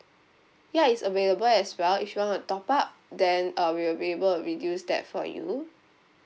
ya it's available as well if you want to top up then uh we will be able to reduce that for you